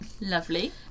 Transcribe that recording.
lovely